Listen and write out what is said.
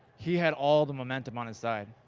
he had all the momentum on his side,